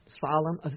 solemn